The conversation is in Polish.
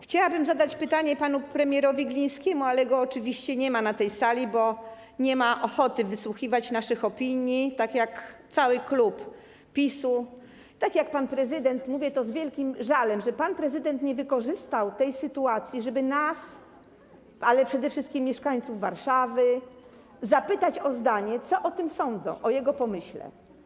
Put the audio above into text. Chciałabym zadać pytanie panu premierowi Glińskiemu, ale go oczywiście nie ma na tej sali, bo nie ma ochoty wysłuchiwać naszych opinii, tak jak cały klub PiS-u, tak jak pan prezydent - mówię to z wielkim żalem - który nie wykorzystał sytuacji, żeby nas, ale przede wszystkim mieszkańców Warszawy, zapytać o zdanie, co sądzą o jego pomyśle.